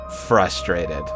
frustrated